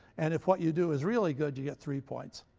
and if what you do is really good, you get three points.